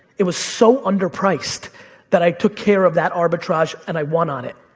it was so underpriced that i took care of that arbitrage and i won on it.